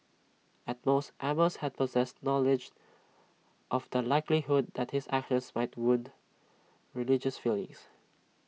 at most amos had possessed knowledge of the likelihood that his actions might wound religious feelings